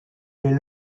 les